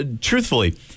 truthfully